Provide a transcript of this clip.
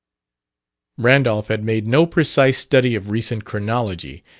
randolph had made no precise study of recent chronology,